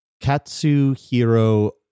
Katsuhiro